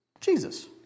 Jesus